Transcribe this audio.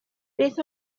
beth